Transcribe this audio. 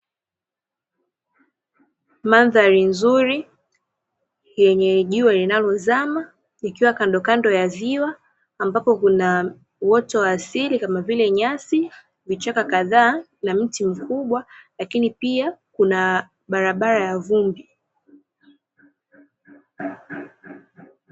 Madhari nzuri yenye jua linalozama ikiwa kandokando ya ziwa ambapo kuna uoto wa asili kama vile nyasi, vichaka kadhaa na mti mkubwa lakini pia kuna barabara ya vumbi.